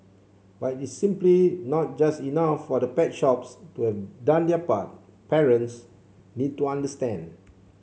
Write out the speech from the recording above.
but it's simply not just enough for the pet shops to have done their part parents need to understand